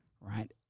Right